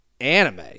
Anime